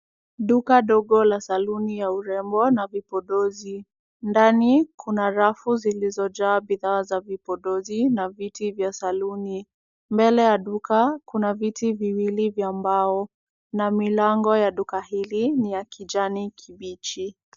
Duka dogo la saluni ya urembo na vipodozi. Ndani kuna rafu zilizojaa bidhaa za upodozi na viti vya saluni. Mbele ya duka kuna viti viwili vya mbao na milango ya duka hili ni ya kijani kibichi.